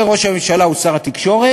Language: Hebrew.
כשראש הממשלה הוא שר התקשורת,